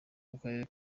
w’akarere